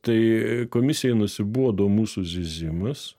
tai komisijai nusibodo mūsų zyzimas